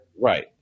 right